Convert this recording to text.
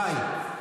ביי.